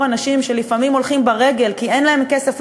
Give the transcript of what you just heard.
אנשים שלפעמים הולכים ברגל כי אין להם את הכסף,